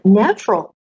natural